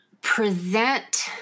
present